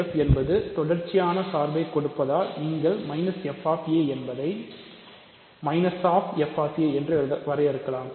f என்பது தொடர்ச்சியான சார்பை கொடுப்பதால் நீங்கள் என்று வரையறுக்கலாம்